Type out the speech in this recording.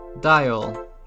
Dial